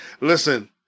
Listen